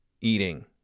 eating